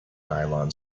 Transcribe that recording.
nylon